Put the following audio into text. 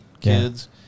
kids